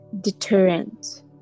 deterrent